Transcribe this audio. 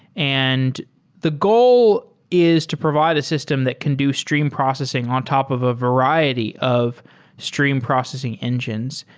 and the goal is to provide a system that can do stream processing on top of a variety of stream processing engines.